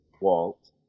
Walt